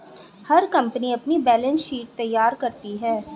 हर company अपनी balance sheet तैयार करती है